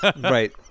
Right